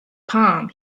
palm